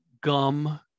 gum